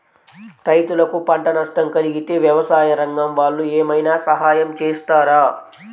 రైతులకు పంట నష్టం కలిగితే వ్యవసాయ రంగం వాళ్ళు ఏమైనా సహాయం చేస్తారా?